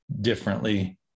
differently